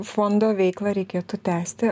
fondo veiklą reikėtų tęsti